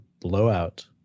Blowout